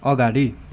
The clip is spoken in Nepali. अगाडि